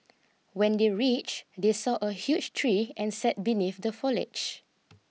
when they reach they saw a huge tree and sat beneath the foliage